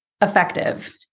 effective